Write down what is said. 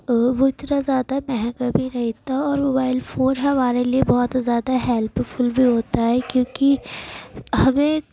وہ اتنا زیادہ مہنگا بھی نہیں تھا اور موبائل فون ہمارے لیے بہت زیادہ ہیلپ فل بھی ہوتا ہے کیوں کہ ہمیں